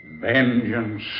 vengeance